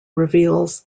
reveals